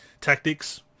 tactics